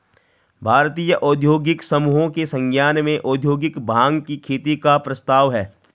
भारतीय औद्योगिक समूहों के संज्ञान में औद्योगिक भाँग की खेती का प्रस्ताव है